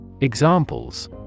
Examples